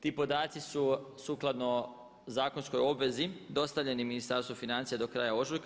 Ti podaci su sukladno zakonskoj obvezi dostavljeni Ministarstvu financija do kraja ožujka.